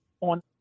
on